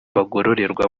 bagororerwa